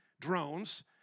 drones